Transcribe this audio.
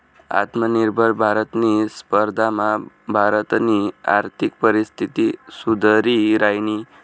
आत्मनिर्भर भारतनी स्पर्धामा भारतनी आर्थिक परिस्थिती सुधरि रायनी